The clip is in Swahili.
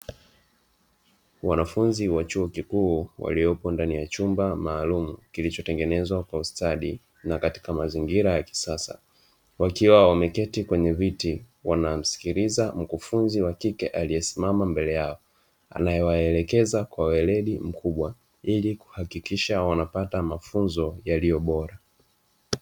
Wanafunzi wa chuo kikuu waliopo ndani ya chumba maalumu kilichotengenezwa kwa ustadi na katika mazingira ya kisasa, wakiwa wameketi kwenye viti wanamsikiliza mkufunzi wa kike aliyesimama mbele yao, anawaelekeza kwa weledi mkubwa kuhakikisha wanapata mafunzo yaliyobora.